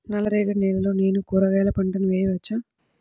నల్ల రేగడి నేలలో నేను కూరగాయల పంటను వేయచ్చా?